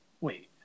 Wait